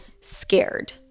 scared